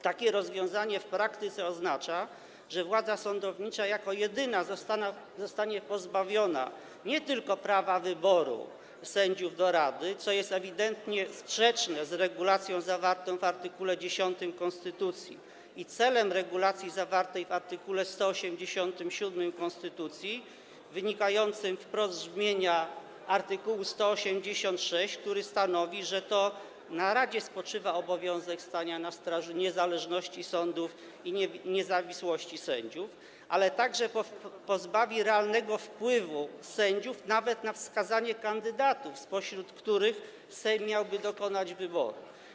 Takie rozwiązanie w praktyce oznacza, że władza sądownicza jako jedyna zostanie pozbawiona nie tylko prawa wyboru sędziów do rady, co jest ewidentnie sprzeczne z regulacją zawartą w art. 10 konstytucji i celem regulacji zawartej w art. 187 konstytucji wynikającym wprost z brzmienia art. 186, który stanowi, że to na radzie spoczywa obowiązek stania na straży niezależności sądów i niezawisłości sędziów, ale także realnego wpływu sędziów nawet na wskazanie kandydatów, spośród których Sejm miałby dokonać wyboru.